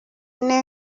igera